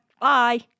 Bye